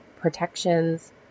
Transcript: protections